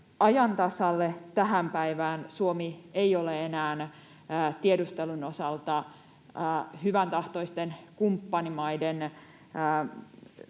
ajan tasalle tähän päivään. Suomi ei ole enää tiedustelun osalta hyväntahtoisten kumppanimaiden